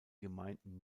gemeinden